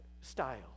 style